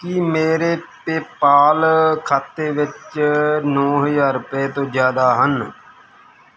ਕੀ ਮੇਰੇ ਪੇਅਪਾਲ ਖਾਤੇ ਵਿੱਚ ਨੌ ਹਜ਼ਾਰ ਰੁਪਏ ਤੋਂ ਜ਼ਿਆਦਾ ਹਨ